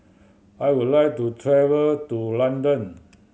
I would like to travel to London